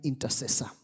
intercessor